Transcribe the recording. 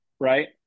Right